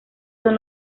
son